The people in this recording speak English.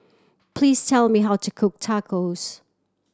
please tell me how to cook Tacos